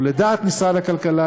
ולדעת משרד הכלכלה,